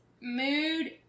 mood